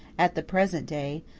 at the present day,